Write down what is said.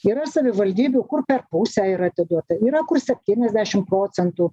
yra savivaldybių kur per pusę ir atiduota yra kur septyniasdešim procentų